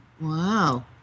Wow